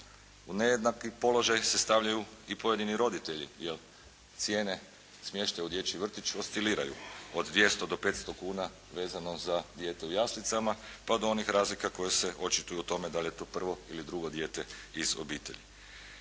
U nejednaki položaj se stavljaju i pojedini roditelji jer cijene smještaja u dječjem vrtiću osciliraju od 200 do 500 kuna vezano za dijete u jaslicama pa do onih razlika koje se očituju u tome da li je to prvo ili drugo dijete iz obitelji.